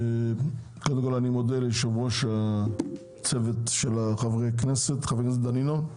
אני מודה ליו"ר צוות חברי הכנסת, שלום דנינו,